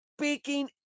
speaking